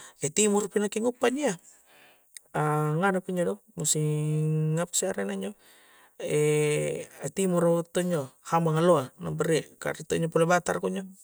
E' timuru' pi nakke' guppa' injo' iya a'nganu pi injo' a' do musim apa isse' re' anjo' e' atimoro' wattuna injo', hambang alloa' nampa rie', kah rie' to njo' batara kunjo'.